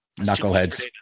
Knuckleheads